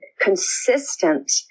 consistent